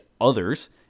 others